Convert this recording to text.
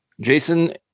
Jason